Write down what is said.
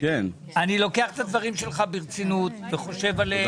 אני לוקח את הדברים שלך ברצינות וחושב עליהם.